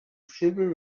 silver